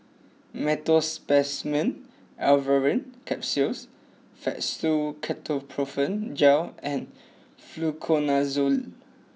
Meteospasmyl Alverine Capsules Fastum Ketoprofen Gel and Fluconazole